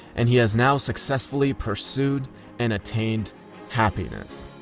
and he has now successfully pursued and attained happiness.